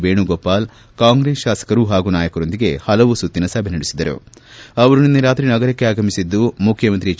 ವೇಣುಗೋಪಾಲ್ ಕಾಂಗ್ರೆಸ್ ಶಾಸಕರು ಹಾಗೂ ನಾಯಕರೊಂದಿಗೆ ಹಲವು ಸುತ್ತಿನ ಸಭೆ ನಡೆಸಿದರು ಅವರು ನಿನ್ನೆ ರಾತ್ರಿ ನಗರಕ್ಕೆ ಆಗಮಿಸಿದ್ದು ಮುಖ್ಯಮಂತ್ರಿ ಎಚ್